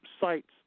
sites